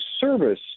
service